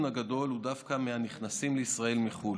הגדול הוא דווקא מהנכנסים לישראל מחו"ל.